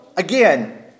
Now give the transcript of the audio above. Again